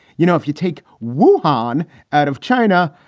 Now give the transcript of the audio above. you know, if you take wootten out of china,